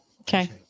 okay